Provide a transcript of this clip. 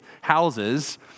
houses